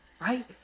right